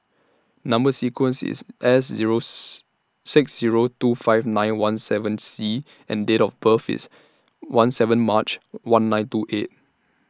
Number sequence IS S Zero six Zero two five nine one seven C and Date of birth IS one seven March one nine two eight